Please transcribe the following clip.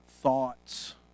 thoughts